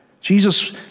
Jesus